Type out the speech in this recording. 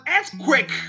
earthquake